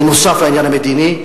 נוסף על העניין המדיני,